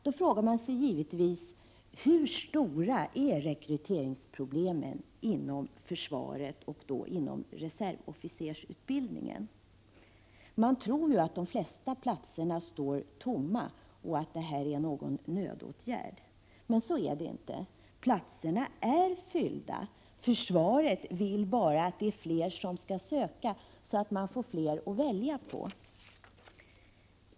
Man frågar sig då givetvis hur stora rekryteringsproblemen inom försvaret och särskilt inom reservofficersutbildningen är. Man tror ju att de flesta platserna står tomma och att detta är någon nödåtgärd. Men så är det inte. Platserna är fyllda. Försvaret vill bara att fler skall söka, så att man får fler att välja på.